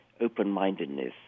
open-mindedness